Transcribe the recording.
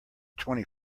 twenty